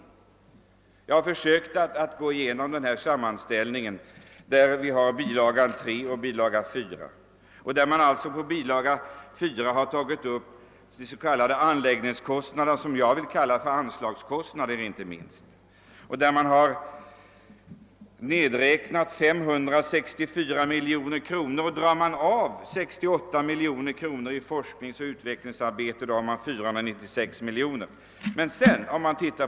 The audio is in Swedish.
Jag har försökt att gå igenom sammanställningarna i bil. 3 och 4 till vitboken, I bil. 4 har man tagit upp de s.k. anläggningskostnaderna som jag vill kalla anslagskostnader. Man har räknat med 564 miljoner kronor, och drar vi av 68 miljoner för forskningsoch utvecklingsarbete blir beloppet 496 miljoner kronor. Läser jag sedan bil.